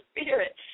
spirit